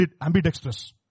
ambidextrous